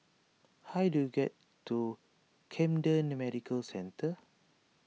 how do I get to Camden Medical Centre